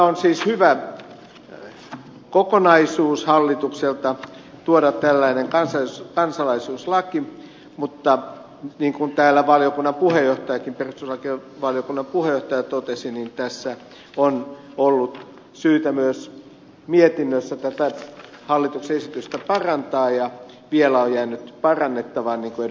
on siis hyvä kokonaisuus hallitukselta tuoda tällainen kansalaisuuslaki mutta niin kuin täällä valiokunnan puheenjohtaja ken sulake varttunut puhe perustuslakivaliokunnan puheenjohtajakin totesi on ollut syytä myös mietinnössä tätä hallituksen esitystä parantaa ja vielä on jäänyt parannettavaa niin kuin ed